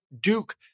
Duke